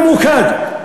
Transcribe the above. חיסול ממוקד,